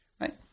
Right